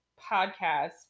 podcast